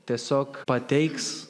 tiesiog pateiks